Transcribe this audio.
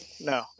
No